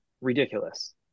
ridiculous